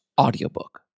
audiobook